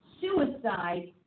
suicide